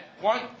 one